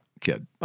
kid